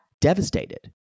devastated